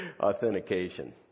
authentication